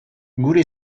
gure